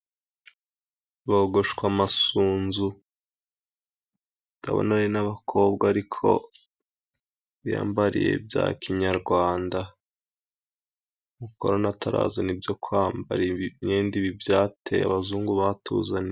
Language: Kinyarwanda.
Bogoshwa amasunzu kabone Ari n'abakobwa ariko biyambariye bya kinyarwanda. Abakorani bataraza ibyo kwambara imyenda ibi bindi byateye abazungu batuzaniye.